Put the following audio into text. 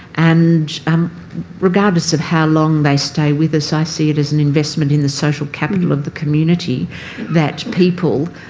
and um regardless of how long they stay with us i see it as an investment in the social capital of the community that people